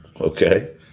Okay